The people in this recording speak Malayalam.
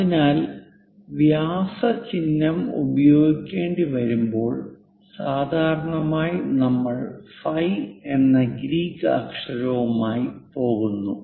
അതിനാൽ വ്യാസ ചിഹ്നം ഉപയോഗിക്കേണ്ടി വരുമ്പോൾ സാധാരണയായി നമ്മൾ ഫൈ എന്ന ഗ്രീക്ക് അക്ഷരവുമായി പോകുന്നു